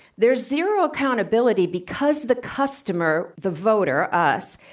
there's zero accountability because the customer, the voter, us.